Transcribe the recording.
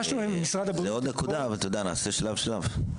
זאת עוד נקודה, אבל נעשה שלב שלב.